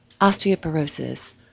Osteoporosis